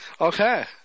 Okay